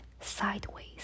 sideways